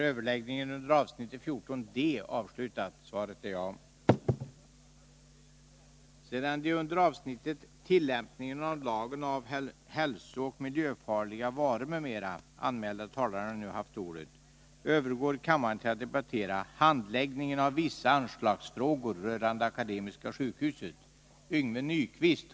Sedan de under avsnittet Tillämpningen av lagen om hälsooch miljöfarliga varor m.m. anmälda talarna nu haft ordet övergår kammaren till att debattera Handläggningen av vissa anslagsfrågor rörande Akademiska sjukhuset.